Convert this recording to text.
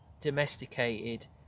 domesticated